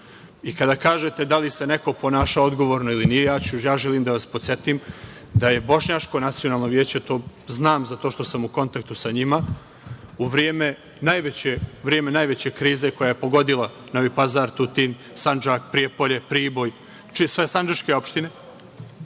I kada kažete – da li se neko ponašao odgovorno ili nije, ja želim da vas podsetim da je Bošnjačko nacionalno veće, znam zato što sam u kontaktu sa njima, u vreme najveće krize koja je pogodila Novi Pazar, Tutin, Sandžak, Prijepolje, Priboj, sve sandžačke opštine,